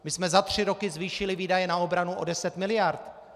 My jsme za tři roky zvýšily výdaje na obranu o 10 mld.